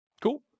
Cool